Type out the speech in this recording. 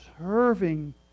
serving